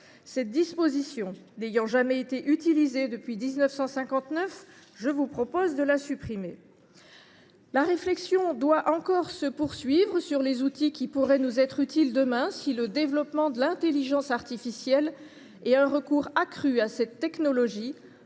Cette disposition n’ayant jamais été utilisée depuis 1959, je vous propose de la supprimer. La réflexion doit encore se poursuivre sur les outils qui pourraient nous être utiles demain si le développement de l’intelligence artificielle et un recours accru à cette technologie